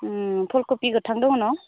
फुल खबि गोथां दङ न'